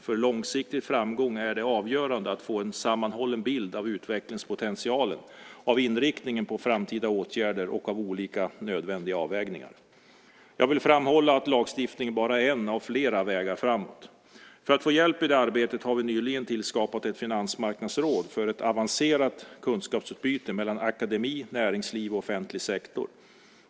För långsiktig framgång är det avgörande att få en sammanhållen bild av utvecklingspotentialen, av inriktningen på framtida åtgärder och av olika nödvändiga avvägningar. Jag vill framhålla att lagstiftning bara är en av flera vägar framåt. För att få hjälp i det arbetet har vi nyligen tillskapat ett finansmarknadsråd för ett avancerat kunskapsutbyte mellan akademi, näringsliv och offentlig sektor.